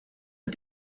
are